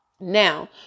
now